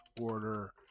order